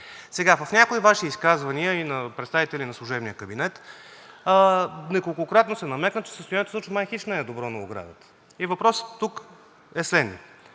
Сега в някои Ваши изказвания и на представители на служебния кабинет неколкократно се намекна, че състоянието на оградата май хич не е добро. Въпросът тук е следният